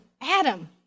Adam